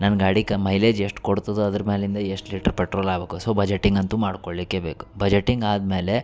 ನನ್ನ ಗಾಡಿಕ್ಕೆ ಮೈಲೇಜ್ ಎಷ್ಟು ಕೊಡ್ತದ ಅದ್ರ ಮ್ಯಾಲಿಂದ ಎಷ್ಟು ಲಿಟ್ರ್ ಪೆಟ್ರೋಲ್ ಆಬಕು ಸೊ ಬಜೆಟಿಂಗ್ ಅಂತು ಮಾಡ್ಕೊಳ್ಳಲಿಕ್ಕೆ ಬೇಕು ಬಜೆಟಿಂಗ್ ಆದ್ಮೇಲೆ